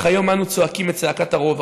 אך היום אנו צועקים את צעקת הרוב,